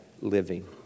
living